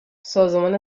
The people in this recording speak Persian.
سازمان